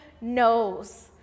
knows